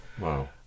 Wow